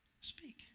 Speak